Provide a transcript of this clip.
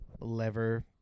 lever